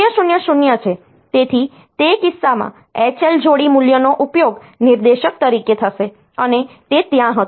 તેથી તે કિસ્સામાં H L જોડી મૂલ્યનો ઉપયોગ નિર્દેશક તરીકે થશે અને તે ત્યાં હતું